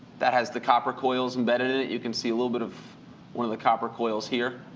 that has the copper coils embedded in it. you can see a little bit of one of the copper coils here.